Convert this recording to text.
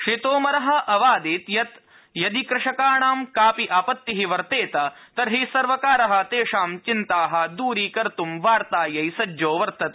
श्रीतोमर अवादीत् यत् यदि कृषकाणां कापि आपत्ति वर्तेत तर्हि सर्वकार तेषां चिन्ता दूरीकर्त् ं वार्तायै सज्जो वर्तते